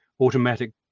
automatic